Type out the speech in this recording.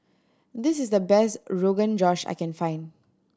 this is the best Rogan Josh I can find